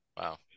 wow